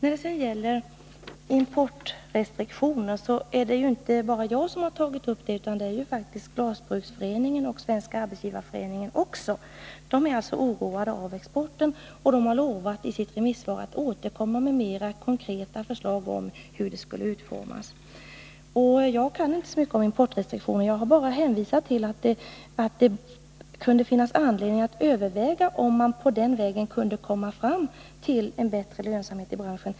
Frågan om importrestriktioner har inte bara jag utan även Glasbruksföreningen och Svenska arbetsgivareföreningen tagit upp. De är alltså oroade för exporten, och de har i sina remissvar lovat att återkomma med mera konkreta förslag om hur dessa restriktioner skulle utformas. Jag kan inte så mycket om importrestriktioner, utan jag har bara hänvisat till att det kunde finnas anledning att överväga, om man på den vägen kunde komma fram till bättre lönsamhet för branschen.